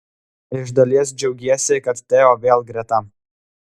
iš dalies džiaugiesi kad teo vėl greta